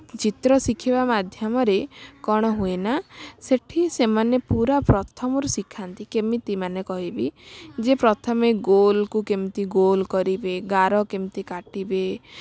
ଚିତ୍ର ଶିଖିବା ମାଧ୍ୟମରେ କ'ଣ ହୁଏନା ସେଠି ସେମାନେ ପୁରା ପ୍ରଥମରୁ ଶିଖାନ୍ତି କେମିତି ମାନେ କହିବି ଯେ ପ୍ରଥମେ ଗୋଲକୁ କେମିତି ଗୋଲ କରିବେ ଗାର କେମିତି କାଟିବେ